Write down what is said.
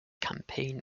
campaign